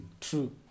True